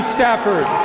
Stafford